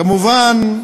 וכמובן,